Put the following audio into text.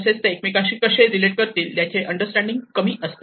तसेच ते एकमेकांशी कसे रिलेट करतील याचे अंडरस्टँडिंग कमी असते